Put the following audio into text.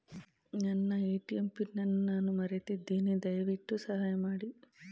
ನನ್ನ ATM pin ಅನ್ನು ನಾನು ಮರೆತಿದ್ದೇನೆ, ದಯವಿಟ್ಟು ಸಹಾಯ ಮಾಡಿ